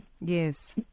Yes